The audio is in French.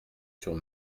sur